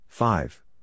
Five